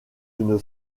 une